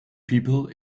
people